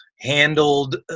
handled